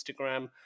Instagram